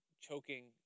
choking